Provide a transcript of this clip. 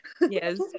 Yes